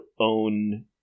own